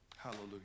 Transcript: Hallelujah